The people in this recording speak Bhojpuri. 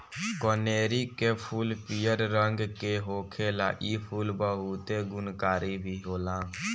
कनेरी के फूल पियर रंग के होखेला इ फूल बहुते गुणकारी भी होला